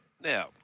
Now